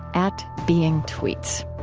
at beingtweets